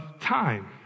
time